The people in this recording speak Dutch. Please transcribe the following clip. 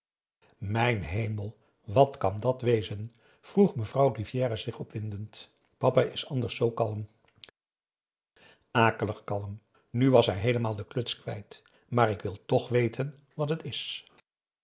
mijn hemel wat kan dat wezen vroeg mevrouw rivière zich opwindend papa is anders zoo kalm akelig kalm nu was hij heelemaal de kluts kwijt maar ik wil toch weten wat het is